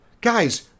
Guys